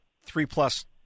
three-plus